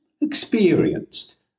experienced